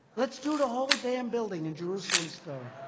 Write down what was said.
let's do the whole damn building in jerusalem stone.